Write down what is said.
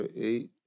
eight